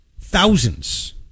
Thousands